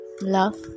Love